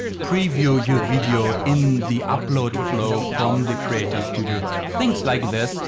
preview your video in the upload flow from the creator studio, things like this.